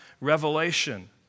revelation